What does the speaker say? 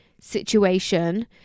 situation